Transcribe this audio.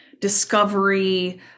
discovery